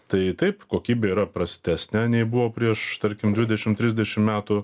tai taip kokybė yra prastesnė nei buvo prieš tarkim dvidešimt trisdešimt metų